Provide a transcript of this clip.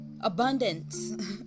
Abundance